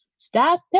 Staff